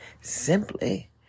simply